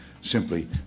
simply